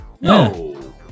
No